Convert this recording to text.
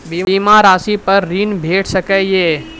बीमा रासि पर ॠण भेट सकै ये?